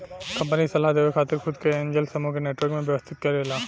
company सलाह देवे खातिर खुद के एंजेल समूह के नेटवर्क में व्यवस्थित करेला